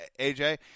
AJ